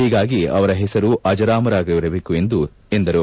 ಹೀಗಾಗಿ ಅವರ ಹೆಸರು ಅಜರಾಮರವಾಗಿರಬೇಕು ಎಂದರು